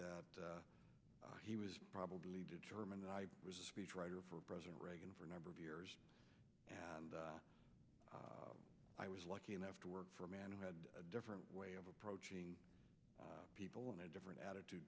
think he was probably determined that i was a speechwriter for president reagan for a number of years and i was lucky enough to work for a man who had a different way of approaching people in a different attitude